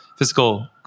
Physical